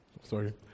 sorry